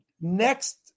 next